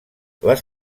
les